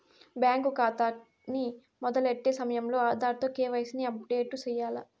bank కాతాని మొదలెట్టే సమయంలో ఆధార్ తో కేవైసీని అప్పుడేటు సెయ్యాల్ల